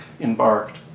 embarked